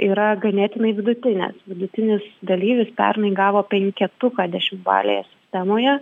yra ganėtinai vidutinės vidutinis dalyvis pernai gavo penketuką dešimtbalėje sistemoje